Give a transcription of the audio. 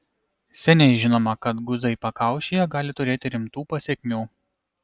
seniai žinoma kad guzai pakaušyje gali turėti rimtų pasekmių